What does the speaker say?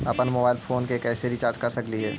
अप्पन mobile phone के कैसे रिचार्ज कर सकली हे?